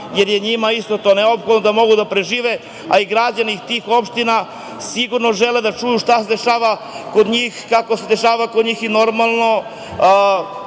jer je njima isto to neophodno da mogu da prežive, a i građani tih opština sigurno žele da čuju šta se dešava kod njih. Normalno, njih možda ne